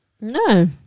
No